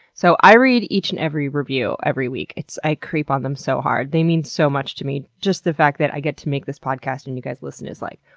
so i read each and every review every week, i creep on them so hard. they mean so much to me. just the fact that i get to make this podcast and you guys listen is like,